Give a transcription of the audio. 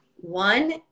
One